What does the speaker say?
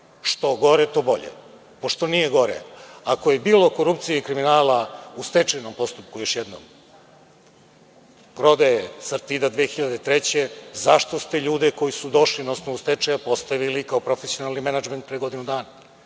što gore – to bolje, pošto nije gore. Ako je i bilo korupcije i kriminala u stečajnom postupku, još jednom, prodaje „Sartida“ 2003. godine, zašto ste ljude koji su došli na osnovu stečaja postavili kao profesionalni menadžment pre godinu dana?